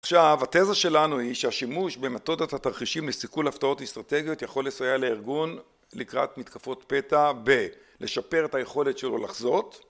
עכשיו, התזה שלנו היא שהשימוש במתודת התרחישים לסיכול הפתעות אסטרטגיות יכול לסייע לארגון לקראת מתקפות פתע ב- לשפר את היכולת שלו לחזות